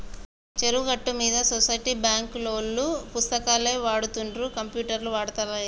చెరువు గట్టు మీద సొసైటీ బాంకులోల్లు పుస్తకాలే వాడుతుండ్ర కంప్యూటర్లు ఆడుతాలేరా